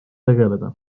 tegeleda